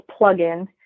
plugin